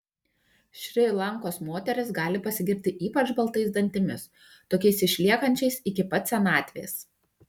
šri lankos moterys gali pasigirti ypač baltais dantimis tokiais išliekančiais iki pat senatvės